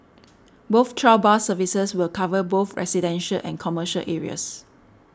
both trial bus services will cover both residential and commercial areas